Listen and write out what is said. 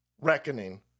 reckoning